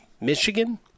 Michigan